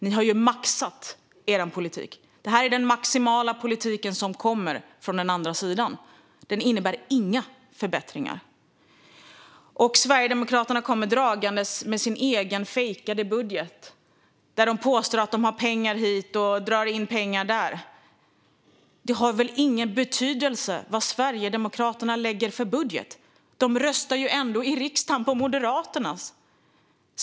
Ni har maxat er politik. Detta är den maximala politiken från den andra sidan. Den innebär inga förbättringar. Sverigedemokraterna kommer dragandes med sin egen fejkade budget, där de påstår att de har pengar hit och drar in pengar där. Det har väl ingen betydelse vilken budget Sverigedemokraterna lägger fram - de röstar ju ändå i riksdagen på Moderaternas budget!